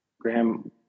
Graham